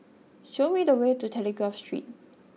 show me the way to Telegraph Street